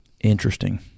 interesting